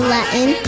Latin